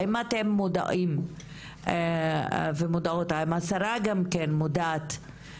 האם אתם מודעים ומודעות והאם השרה עצמה גם כן מודעת למצב שנוצר,